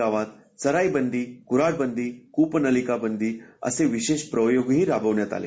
गावात चराईबदी कुन्हाडबदी कुपनलिका बदी असे विशेष प्रयोगही राबवण्यात आले